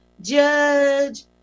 judge